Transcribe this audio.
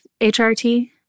HRT